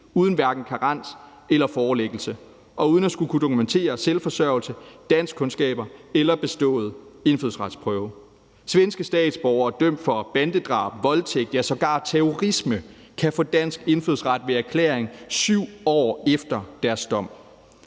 uden hverken karens eller forelæggelse og uden at skulle dokumentere selvforsørgelse, danskkundskaber eller bestået indfødsretsprøve. Svenske statsborgere dømt for bandedrab, voldtægt og sågar terrorisme kan få dansk indfødsret ved erklæring 7 år efter deres dom.